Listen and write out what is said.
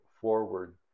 forward